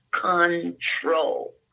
control